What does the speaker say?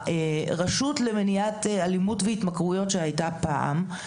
הרשות למניעת אלימות והתמכרויות, שהייתה פעם,